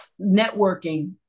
networking